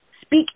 speak